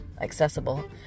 accessible